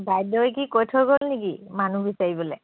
বাইদেৱে কি কৈ থৈ গ'ল নেকি মানুহ বিচাৰিবলৈ